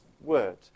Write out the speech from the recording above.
word